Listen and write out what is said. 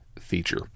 Feature